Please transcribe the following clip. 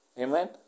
Amen